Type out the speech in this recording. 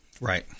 Right